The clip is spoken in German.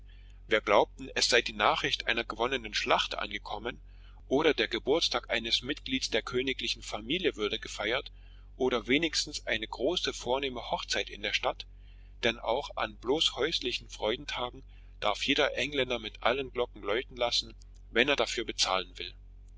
wir glaubten es sei die nachricht einer gewonnen schlacht angekommen oder der geburtstag eines mitglieds der königlichen familie würde gefeiert oder wenigstens eine große vornehme hochzeit in der stadt denn auch an bloß häuslichen freudentagen darf jeder engländer mit allen glocken läuten lassen wenn er dafür bezahlen will